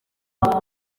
kubaka